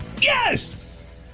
yes